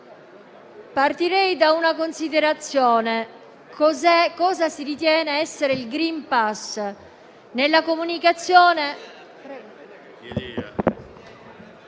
partirò da una considerazione su cosa si ritiene essere il *green pass*. Nella comunicazione...